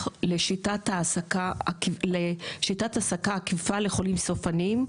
לשיטת העסקה עקיפה לחולים סופניים?